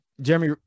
Jeremy